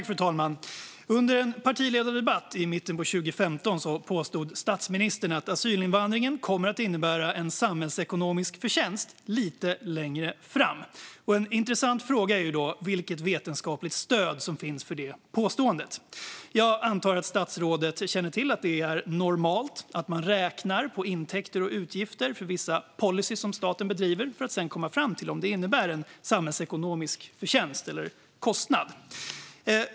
Fru talman! Under en partiledardebatt i mitten av 2015 påstod statsministern att asylinvandringen skulle komma att innebära en samhällsekonomisk förtjänst lite längre fram. En intressant fråga är då vilket vetenskapligt stöd som finns för detta påstående. Jag antar att statsrådet känner till att det är normalt att man räknar på intäkter och utgifter för vissa policyer som staten har för att sedan komma fram till om de innebär en samhällsekonomisk förtjänst eller kostnad.